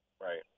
right